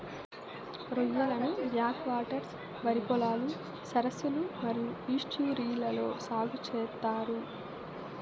రొయ్యలను backwaters, వరి పొలాలు, సరస్సులు మరియు ఈస్ట్యూరీలలో సాగు చేత్తారు